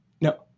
No